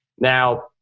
Now